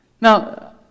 Now